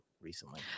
recently